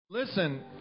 Listen